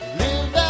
live